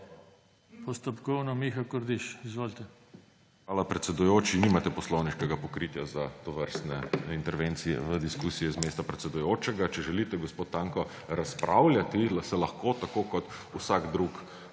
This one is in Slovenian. Postopkovno Miha Kordiš. Izvolite. **MIHA KORDIŠ (PS Levica):** Hvala, predsedujoči. Nimate poslovniškega pokritja za tovrstne intervencije v diskusiji z mesta predsedujočega. Če želite, gospod Tanko, razpravljati, se lahko tako kot vsak drug